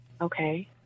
okay